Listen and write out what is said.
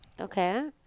Okay